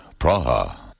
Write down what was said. Praha